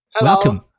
Welcome